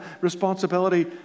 responsibility